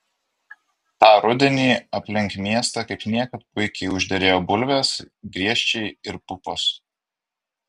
tą rudenį aplink miestą kaip niekad puikiai užderėjo bulvės griežčiai ir pupos